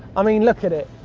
i mean, look at it.